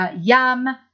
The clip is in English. Yam